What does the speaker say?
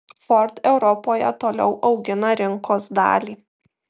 ford europoje toliau augina rinkos dalį